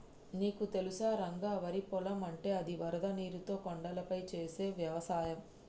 నీకు తెలుసా రంగ వరి పొలం అంటే అది వరద నీరుతో కొండలపై చేసే వ్యవసాయం